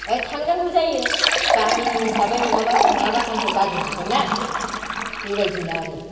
ए थांनांगौ जायो गामनि हिसाबै नङाबा थाङाबा आंखौ गाज्रि मोनगोन ना बेबायदिनो आरो